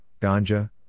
ganja